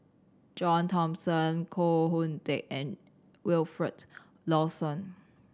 John Thomson Koh Hoon Teck and Wilfed Lawson